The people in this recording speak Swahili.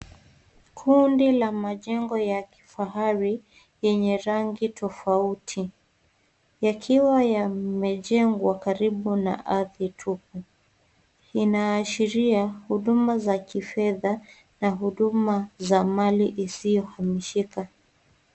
Kundi la majengo ya kifahari yenye rangi tofauti, yakiwa yamejemgwa karibu na ardhi tupu. Inaashiria huduma za kifedha na huduma za mali isiyo hamishika.